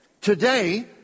Today